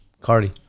Cardi